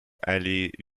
allée